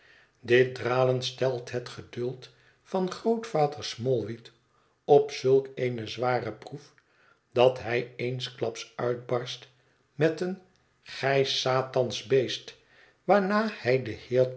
dit dralen stelt het geduld van grootvader smallweed op zulk eene zware proef dat hij eensklaps uitbarst met een gij satansch beest waarna hij den